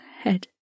head